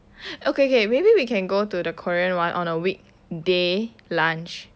okay okay maybe we can go to the korean one on a weekday lunch